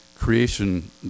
Creation